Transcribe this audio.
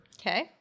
Okay